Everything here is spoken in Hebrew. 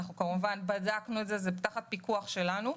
אנחנו כמובן בדקנו את זה, זה תחת פיקוח שלנו.